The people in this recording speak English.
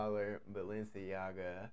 Balenciaga